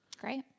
Great